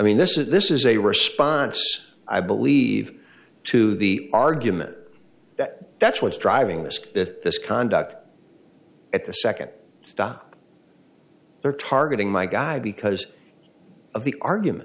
mean this is this is a response i believe to the argument that that's what's driving this with this conduct at the second stop they're targeting my guy because of the argument